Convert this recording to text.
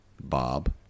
Bob